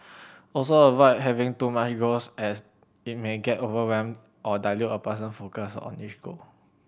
also avoid having too many goals as it may get overwhelm or dilute a person focus on each goal